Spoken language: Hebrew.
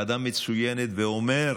ועדה מצוינת, ואומר: